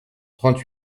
trente